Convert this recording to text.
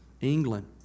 England